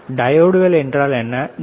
டையோட்கள் என்றால் என்ன டி